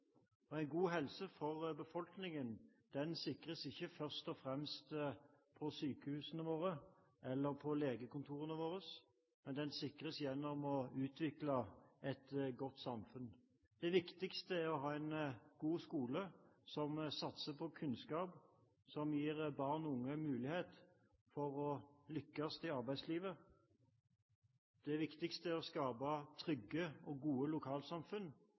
avgjørende. En god helse for befolkningen sikres ikke først og fremst på sykehusene våre, eller på legekontorene, men den sikres gjennom å utvikle et godt samfunn. Det viktigst er å ha en god skole som satser på kunnskap, som gir barn og unge en mulighet for å lykkes i arbeidslivet. Det viktigste er å skape trygge og gode lokalsamfunn